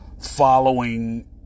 following